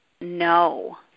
No